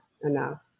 enough